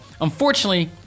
Unfortunately